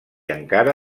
encara